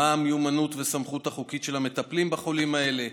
מה המיומנות והסמכות החוקית של המטפלים בחולים האלה?